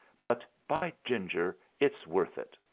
but, by ginger, it's worth it.